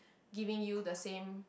giving you the same